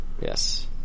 Yes